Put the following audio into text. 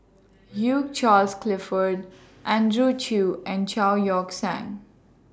Hugh Charles Clifford Andrew Chew and Chao Yoke San